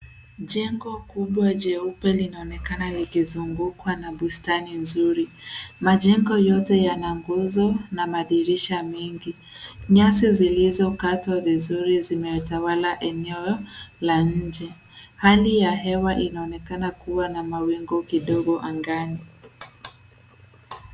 Jengo kubwa jeupe linaonekana likizugukwa na bustani nzuri. Majengo yote yana nguzo na madirisha mengi. Nyasi zilizokatwa vizuri zimetawala eneo la nje. Hali ya hewa inaonekana kuwa na mawingu kidogo angani.